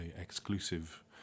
exclusive